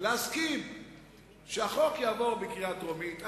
שהחוק יעבור בקריאה טרומית.